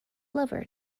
lever